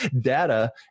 data